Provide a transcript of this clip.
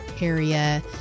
area